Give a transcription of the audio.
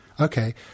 Okay